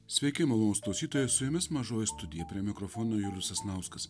sveiki malonūs klausytiojai su jumis mažoji studija prie mikrofono julius sasnauskas